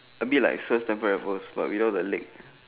a bit like Sir Stamford Raffles but without the leg